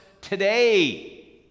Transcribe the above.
today